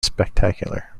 spectacular